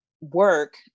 work